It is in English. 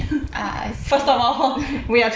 ah I see